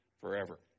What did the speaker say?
forever